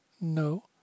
No